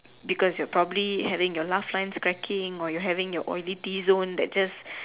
because you are probably having your laugh lines cracking or you having your oily T zone that just